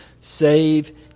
save